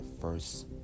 first